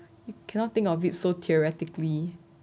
you cannot think of it so theoretically